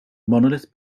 monolith